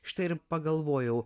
štai ir pagalvojau